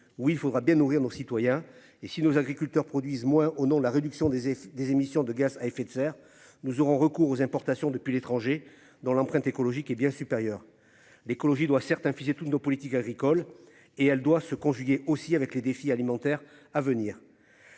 où il faudra bien nourrir nos citoyens et si nos agriculteurs produisent moins au non la réduction des et des émissions de gaz à effet de serre, nous aurons recours aux importations depuis l'étranger dont l'empreinte écologique est bien supérieur, l'écologie doit certains toutes nos politiques agricoles et elle doit se conjuguer aussi avec les défis alimentaires à venir.